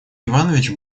иванович